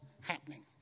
happening